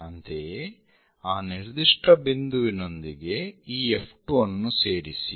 ಅಂತೆಯೇ ಆ ನಿರ್ದಿಷ್ಟ ಬಿಂದುವಿನೊಂದಿಗೆ ಈ F2 ಅನ್ನು ಸೇರಿಸಿ